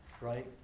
right